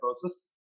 process